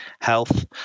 health